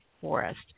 forest